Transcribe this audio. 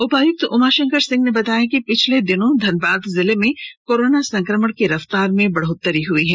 उपायुक्त उमाशंकर सिंह ने बताया कि विगत दिनों में धनबाद जिले में कोरोना संक्रमण की रफ्तार में बढ़ोतरी हुई है